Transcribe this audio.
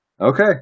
Okay